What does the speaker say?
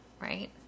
right